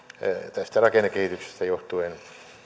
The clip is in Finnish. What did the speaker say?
tästä rakennekehityksestä johtuen